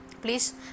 Please